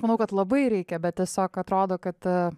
manau kad labai reikia bet tiesiog atrodo kad